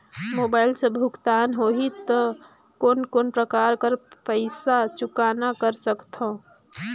Mobile से भुगतान होहि त कोन कोन प्रकार कर पईसा चुकता कर सकथव?